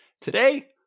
Today